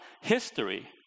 history